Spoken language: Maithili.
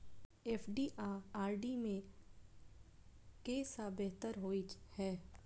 एफ.डी आ आर.डी मे केँ सा बेहतर होइ है?